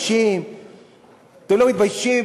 אתם לא מתביישים?